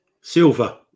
Silver